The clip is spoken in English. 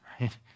right